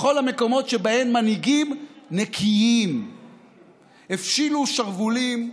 בכל המקומות שבהם מנהיגים נקיים הפשילו שרוולים,